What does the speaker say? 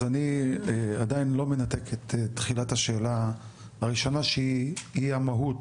אז אני עדיין לא מנתק את תחילת השאלה הראשונה שהיא המהות.